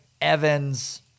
Evans